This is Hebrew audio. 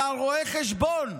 אתה רואה חשבון,